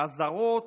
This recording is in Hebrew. אזהרות,